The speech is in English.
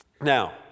Now